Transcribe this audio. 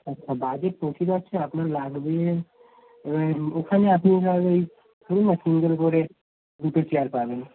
আচ্ছা বাজেট পঁচিশ আছে আপনার লাগবে এবারে ওখানে আপনি ওই তাহলে ওই সিঙ্গল বোর্ডের দুুটো চেয়ার পাবেন